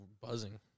buzzing